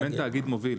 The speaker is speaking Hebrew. גם אין תאגיד מוביל.